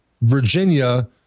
Virginia